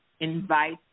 invite